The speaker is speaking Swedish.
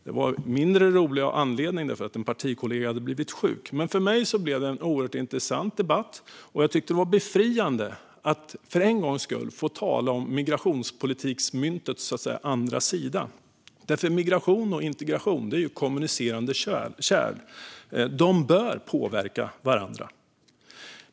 Det var av en mindre rolig anledning - en partikollega hade blivit sjuk - men för mig blev det en oerhört intressant debatt, och jag tyckte att det var befriande att för en gångs skull få tala om migrationspolitiksmyntets andra sida, så att säga. Migration och integration är nämligen kommunicerande kärl. De bör påverka varandra.